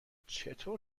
چطور